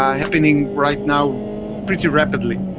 happening right now pretty rapidly.